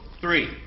three